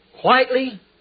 quietly